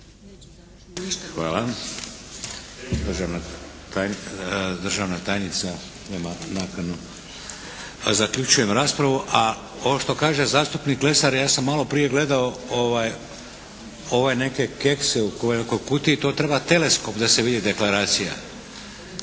(HDZ)** Državna tajnica nema nakanu. Zaključujem raspravu. A ovo što kaže zastupnik Lesar ja sam malo prije gledao ove neke kekse u nekoj kutiji. To treba teleskop da se vidi deklaracija